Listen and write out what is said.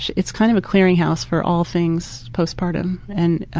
it's kind of a clearing house for all things postpartum. and